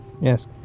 Yes